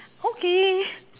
okay